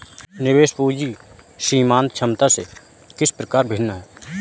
निवेश पूंजी सीमांत क्षमता से किस प्रकार भिन्न है?